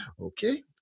okay